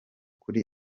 kuri